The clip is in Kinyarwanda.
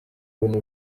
bintu